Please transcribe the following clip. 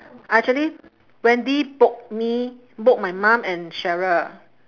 ah actually wendy book me book my mum and sheryl